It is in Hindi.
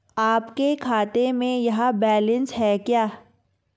आपके खाते में यह बैलेंस है क्या?